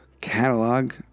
catalog